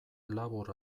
labur